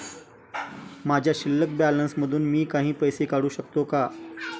माझ्या शिल्लक बॅलन्स मधून मी काही पैसे काढू शकतो का?